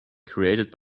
created